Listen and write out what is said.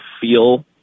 feel